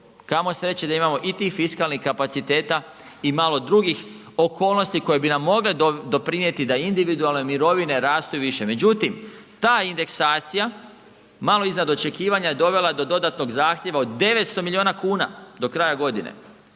kamo sreće da imamo i tih fiskalnih kapaciteta i malo drugih okolnosti koje bi nam mogle doprinijeti da individualne mirovine rastu više. Međutim, ta indeksacija malo iznad očekivanja je dovela do dodatnog zahtjeva od 900 milijuna kuna do kraja godine.